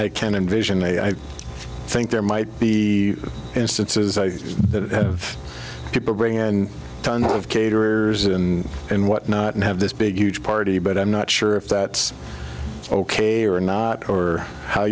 i can envision i think there might be instances i have to bring in tons of caterers and and whatnot and have this big huge party but i'm not sure if that's ok or not or how